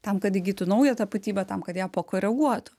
tam kad įgytų naują tapatybę tam kad ją pakoreguotų